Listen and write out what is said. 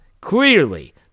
clearly